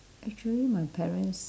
actually my parents